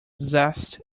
zest